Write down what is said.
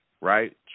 right